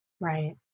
Right